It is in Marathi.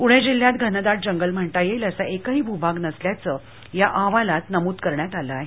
पुणे जिल्ह्यात घनदाट जंगल म्हणता येईल असा एकही भूभाग नसल्याचं या अहवालात नमूद करण्यात आलं आहे